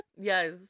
yes